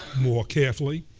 more carefully.